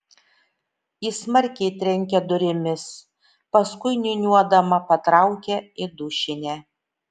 ji smarkiai trenkia durimis paskui niūniuodama patraukia į dušinę